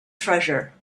treasure